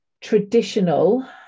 traditional